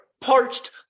parched